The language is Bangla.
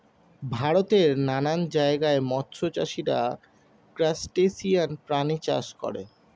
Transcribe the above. ভারতের নানান জায়গায় মৎস্য চাষীরা ক্রাসটেসিয়ান প্রাণী চাষ করে